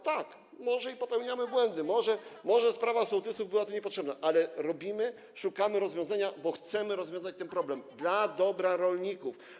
Tak, może i popełniamy błędy, może sprawa sołtysów była tu niepotrzebna, ale szukamy rozwiązania, bo chcemy rozwiązać ten problem dla dobra rolników.